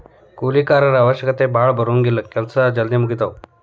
ಕೂಲಿ ಕಾರರ ಅವಶ್ಯಕತೆ ಭಾಳ ಬರುಂಗಿಲ್ಲಾ ಕೆಲಸಾ ಜಲ್ದಿ ಮುಗಿತಾವ